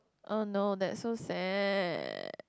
oh no that's so sad